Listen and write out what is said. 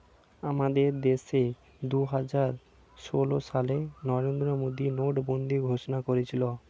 আমাদের দেশে দুহাজার ষোল সালে নরেন্দ্র মোদী নোটবন্দি ঘোষণা করেছিল